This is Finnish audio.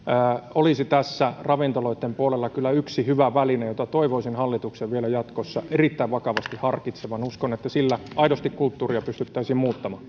olisi tässä ravintoloitten puolella kyllä yksi hyvä väline jota toivoisin hallituksen vielä jatkossa erittäin vakavasti harkitsevan uskon että sillä aidosti kulttuuria pystyttäisiin muuttamaan